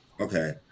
okay